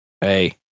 Hey